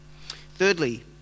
Thirdly